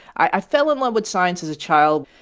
i fell in love with science as a child,